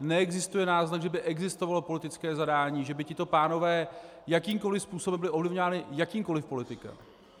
Neexistuje náznak, že by existovalo politické zadání, že by tito pánové jakýmkoli způsobem byli ovlivňováni jakýmkoli politikem,